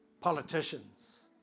politicians